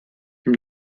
him